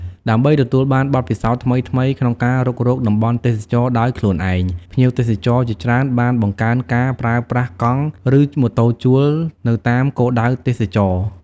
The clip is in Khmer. ដើម្បីទទួលបានបទពិសោធន៍ថ្មីៗក្នុងការរុករកតំបន់ទេសចរណ៍ដោយខ្លួនឯង ភ្ញៀវបរទេសជាច្រើនបាន បង្កើនការប្រើប្រាស់កង់ ឬម៉ូតូជួល នៅតាមគោលដៅទេសចរណ៍។